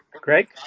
Greg